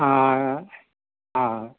ஆ ஆ